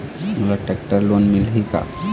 मोला tractor loan मिलही का?